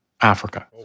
Africa